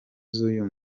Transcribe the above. z’uyu